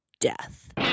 Death